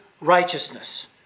righteousness